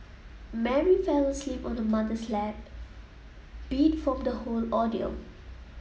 Mary fell asleep on her mother's lap beat from the whole ordeal